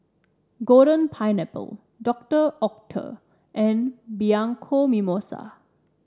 Golden Pineapple Doctor Oetker and Bianco Mimosa